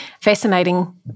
fascinating